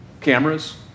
cameras